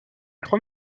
trois